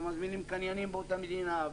ומזמינים קניינים מאותה מדינה,